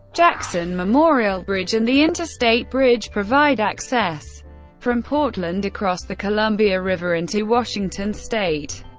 jackson memorial bridge and the interstate bridge provide access from portland across the columbia river into washington state.